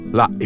la